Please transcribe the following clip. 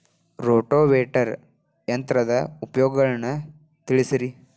rotavator ಯಂತ್ರದ ಉಪಯೋಗಗಳನ್ನ ತಿಳಿಸಿರಿ